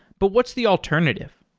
but what's the alternative?